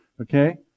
Okay